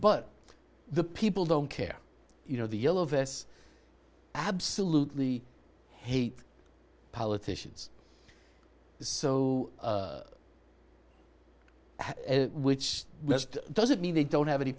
but the people don't care you know the yellow vests absolutely hate politicians so which doesn't mean they don't have any